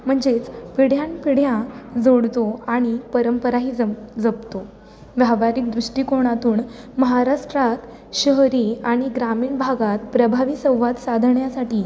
म्हणजेच पिढ्यान पिढ्या जोडतो आणि परंपराही ज जपतो व्यावहारिक दृष्टिकोणातून महाराष्ट्रात शहरी आणि ग्रामीण भागात प्रभावी संवाद साधण्यासाठी